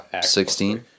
Sixteen